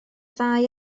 ddau